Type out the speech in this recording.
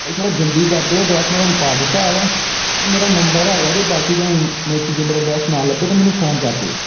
ਭਾਅ ਜੀ ਥੋੜ੍ਹਾ ਜਲਦੀ ਕਰ ਦਿਓ ਡਰੈਸ ਮੈਂ ਤੁਹਾਨੂੰ ਪਾ ਦਿੱਤਾ ਹੈ ਵਾ ਇਹ ਮੇਰਾ ਨੰਬਰ ਹੈਗਾ ਜੇ ਬਾਕੀ ਜੇ ਮੇਰਾ ਐਡਰੈਸ ਨਾ ਲੱਭੇ ਤਾਂ ਮੈਨੂੰ ਫੋਨ ਕਰ ਦਿਓ